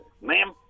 Ma'am